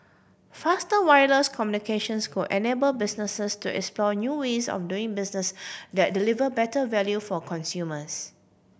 faster wireless communications could enable businesses to explore new ways of doing business that deliver better value for consumers